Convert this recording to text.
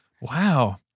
Wow